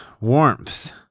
warmth